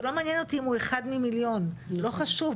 זה לא מעניין אותי אם הוא אחד ממיליון, לא חשוב.